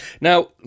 Now